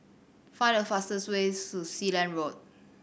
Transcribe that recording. find the fastest way to Sealand Road